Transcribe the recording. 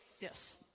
Yes